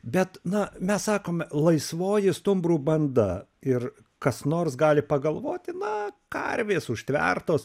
bet na mes sakome laisvoji stumbrų banda ir kas nors gali pagalvoti na karvės užtvertos